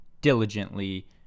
diligently